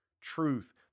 truth